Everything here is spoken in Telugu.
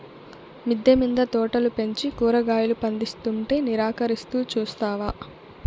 మిద్దె మింద తోటలు పెంచి కూరగాయలు పందిస్తుంటే నిరాకరిస్తూ చూస్తావా